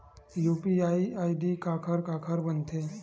UPI ID काखर काखर बनथे?